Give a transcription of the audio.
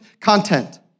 content